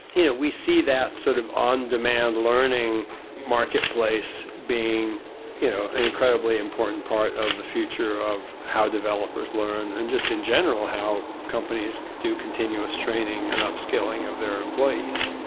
you know, we see that sort of on demand learning market place being you know an incredibly important part of the future of how developers learn and just in general how companies do continuous training and up scaling of their employees.